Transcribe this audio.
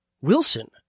Wilson